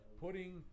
putting